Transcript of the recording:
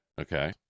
Okay